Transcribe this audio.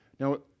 Now